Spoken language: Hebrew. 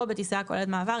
או בטיסה הכוללת מעבר,